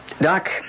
Doc